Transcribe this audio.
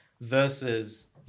versus